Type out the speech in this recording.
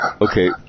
Okay